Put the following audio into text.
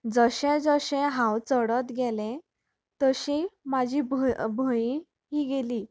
जशें जशें हांव चडत गेलें तशी म्हाजी भंय भंय ही गेली